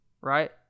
right